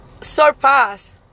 surpass